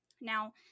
now